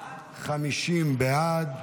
50 בעד,